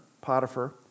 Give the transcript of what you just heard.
Potiphar